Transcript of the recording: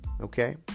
Okay